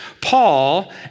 Paul